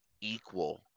equal